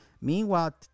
Meanwhile